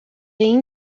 این